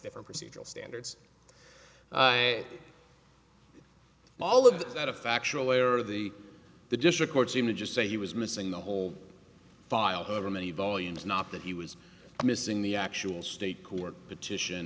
different procedural standards all of that a factual error of the the district court seem to just say he was missing the whole file however many volumes not that he was missing the actual state court petition